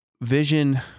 vision